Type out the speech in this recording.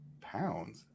pounds